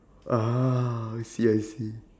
ah I see I see